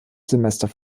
semester